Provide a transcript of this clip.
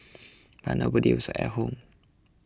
but nobody was at home